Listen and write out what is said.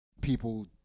people